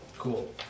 Cool